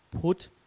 put